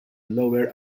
lower